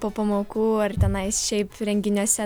po pamokų ar tenais šiaip renginiuose